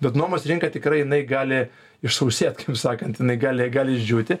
bet nuomos rinka tikrai jinai gali išsausėt kaip sakant jinai gali gali išdžiūti